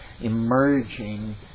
emerging